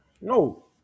No